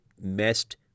messed